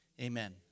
amen